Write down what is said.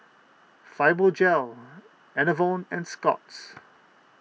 Fibogel Enervon and Scott's